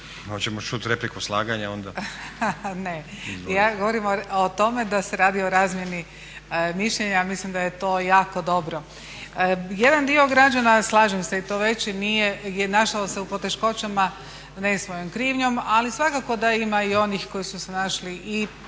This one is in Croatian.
Hoćemo čuti repliku slaganja onda?/… Ne. Ja govorim o tome da se radi o razmjeni mišljenja. Ja mislim da je to jako dobro. Jedan dio građana, slažem se i to veći nije, se našao u poteškoćama, ne svojom krivnjom. Ali svakako da ima i onih koji su se našli i zbog